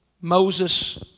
Moses